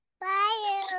Bye